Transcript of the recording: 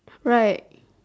right